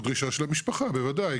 בוודאי,